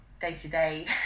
day-to-day